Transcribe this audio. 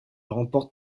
remporte